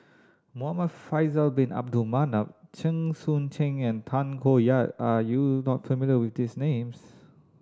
Muhamad Faisal Bin Abdul Manap Chen Sucheng and Tay Koh Yat are you not familiar with these names